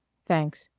thanks.